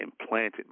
implanted